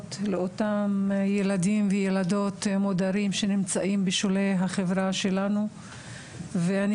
אפשרויות לאותם ילדים וילדות מודרים שנמצאים בשולי החברה שלנו ואני